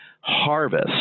harvest